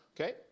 okay